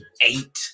eight